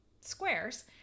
squares